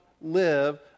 live